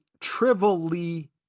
trivially